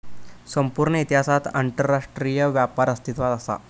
संपूर्ण इतिहासात आंतरराष्ट्रीय व्यापार अस्तित्वात असा